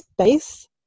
space